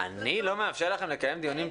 --- אני לא מאפשר לכם לקיים דיונים פנימיים?